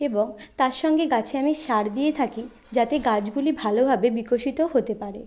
এবং তার সঙ্গে গাছে আমি সার দিয়ে থাকি যাতে গাছগুলি ভালোভাবে বিকশিত হতে পারে